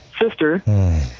sister